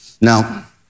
Now